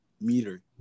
meter